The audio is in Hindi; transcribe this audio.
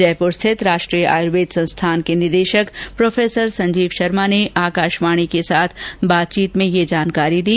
जयपुर स्थित राष्ट्रीय आयुर्वेद संस्थान के निदेशक प्रोफेसर संजीव शर्मा ने आकाशवाणी के साथ बातचीत में यह जानकारी दी